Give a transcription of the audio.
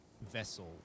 vessel